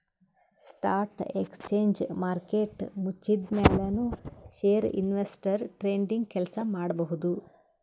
stock exchange market ಮುಚ್ಚಿದ್ಮ್ಯಾಲ್ ನು share investors trading ಕೆಲ್ಸ ಮಾಡಬಹುದ್